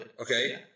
Okay